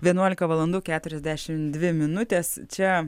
vienuolika valandų keturiasdešim dvi minutės čia